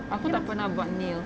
aku tak pernah buat nail